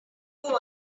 along